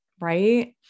right